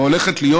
והולכת להיות,